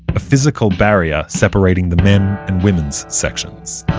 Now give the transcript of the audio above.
a physical barrier separating the men and women's sections